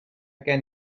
gen